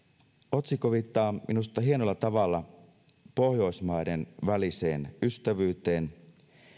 otsikko viittaa minusta hienolla tavalla pohjoismaiden väliseen ystävyyteen